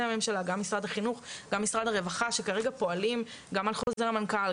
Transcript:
הממשלה גם משרד החינוך וגם משרד הרווחה שכרגע פועלים גם על חוזר המנכ"ל,